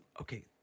okay